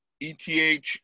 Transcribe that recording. ETH